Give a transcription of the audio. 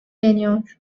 geliyor